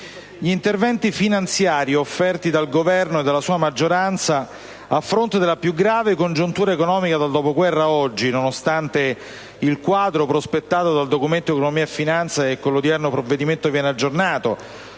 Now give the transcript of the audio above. gli interventi finanziari offerti dal Governo e dalla sua maggioranza a fronte della più grave congiuntura economica dal dopoguerra ad oggi (nonostante il quadro prospettato dal Documento di economia e finanza aggiornato con l'odierno provvedimento e nonostante